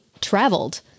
traveled